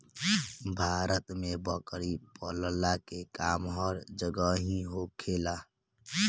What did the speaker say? भारत में बकरी पलला के काम हर जगही होखेला